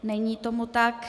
Není tomu tak.